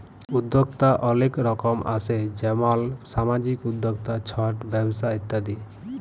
উদ্যক্তা অলেক রকম আসে যেমল সামাজিক উদ্যক্তা, ছট ব্যবসা ইত্যাদি